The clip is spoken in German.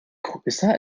größer